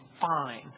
fine